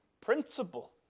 principle